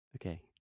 Okay